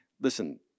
Listen